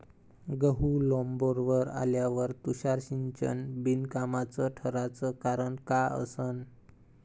गहू लोम्बावर आल्यावर तुषार सिंचन बिनकामाचं ठराचं कारन का असन?